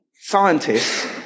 scientists